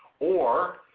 or